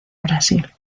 brasil